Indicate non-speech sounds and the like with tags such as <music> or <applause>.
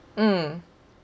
mm <noise>